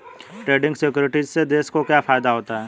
Trading securities से देश को क्या फायदा होता है?